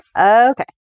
okay